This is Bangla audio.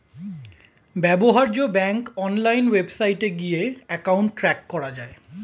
ব্যবহার্য ব্যাংক অনলাইন ওয়েবসাইটে গিয়ে অ্যাকাউন্ট ট্র্যাক করা যায়